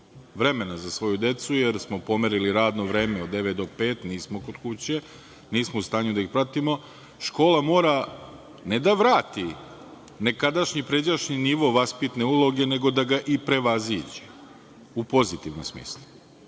vremena za svoju decu, jer smo pomerili radno vreme od devet do pet, nismo kod kuće, nismo u stanju da ih pratimo, škola mora, ne da vrati nekadašnji, pređašnji nivo vaspitne uloge, nego da ga i prevaziđe u pozitivnom smislu.